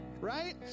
Right